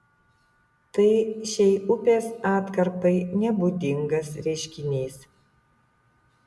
tai šiai upės atkarpai nebūdingas reiškinys